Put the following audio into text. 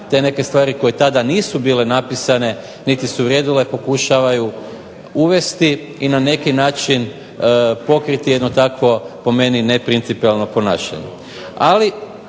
te neke stvari koje tada nisu bile napisane niti su vrijedile pokušavaju uvesti i na neki način pokriti jedno takvo, po meni, neprincipijelno ponašanje. Ali,